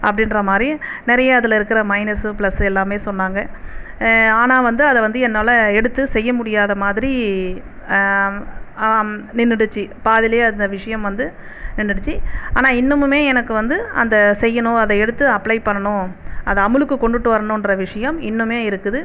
அப்படின்ற மாதிரி நிறைய அதில் இருக்கிற மைனஸு ப்ளஸு எல்லாமே சொன்னாங்கள் ஆனால் வந்து அதை வந்து என்னால் எடுத்து செய்ய முடியாத மாதிரி நின்னுடுச்சி பாதியிலயே அந்த விஷியம் வந்து நின்னுடுச்சி ஆனால் இன்னுமுமே எனக்கு வந்து அந்த செய்யணும் அதை எடுத்து அப்ளை பண்ணணும் அதை அமலுக்கு கொண்டுட்டு வரணுன்ற விஷயம் இன்றுமே இருக்குது